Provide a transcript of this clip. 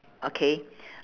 okay